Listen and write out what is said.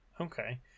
okay